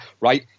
right